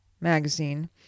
magazine